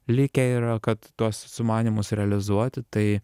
likę yra kad tuos sumanymus realizuoti tai